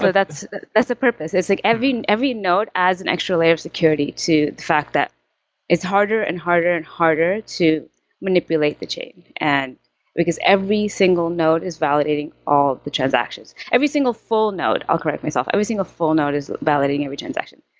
but that's the purpose. it's like every every node adds an extra layer security to the fact that it's harder and harder and harder to manipulate the chain, and because every single node is validating all of the transactions. every single full node i'll correct myself. every single full node is validating every transaction.